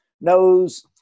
knows